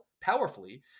powerfully